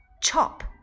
Chop